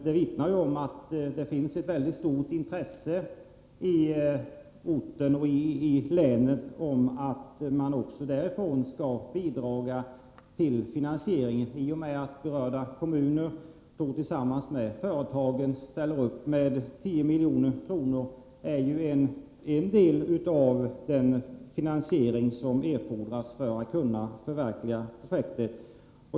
Det har på orten och i länet visats ett mycket stort intresse för att bidra till finansieringen. I och med att berörda kommuner tillsammans med företagen ställer upp med 10 milj.kr. får man en del av det kapital som erfordras för att kunna förverkliga projektet.